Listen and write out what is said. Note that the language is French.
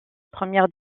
première